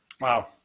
Wow